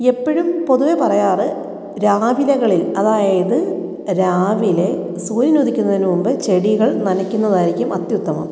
എപ്പോഴും പൊതുവെ പറയാറ് രാവിലെകളിൽ അതായത് രാവിലെ സൂര്യൻ ഉദിക്കുന്നതിന് മുമ്പ് ചെടികൾ നനക്കുന്നതായിരിക്കും അത്യുത്തമം